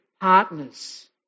partners